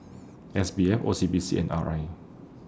S B F O C B C and R I